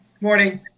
morning